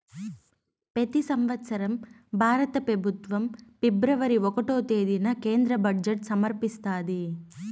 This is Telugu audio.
పెతి సంవత్సరం భారత పెబుత్వం ఫిబ్రవరి ఒకటో తేదీన కేంద్ర బడ్జెట్ సమర్పిస్తాది